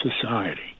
society